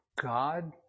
God